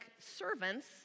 servants